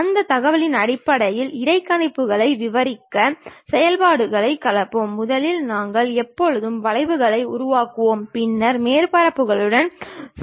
அந்த தகவலின் அடிப்படையில் இடைக்கணிப்புகளை விவரிக்க செயல்பாடுகளை கலப்போம் முதலில் நாங்கள் எப்போதும் வளைவுகளை உருவாக்குவோம் பின்னர் மேற்பரப்புகளுடன் செல்வோம்